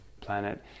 planet